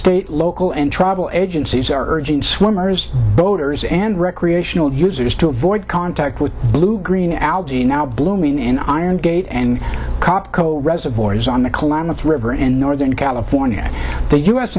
state local and travel agencies are urging swimmers boaters and recreational users to avoid contact with blue green algae now blooming in iron gate and cop co reservoirs on the climate's river in northern california the u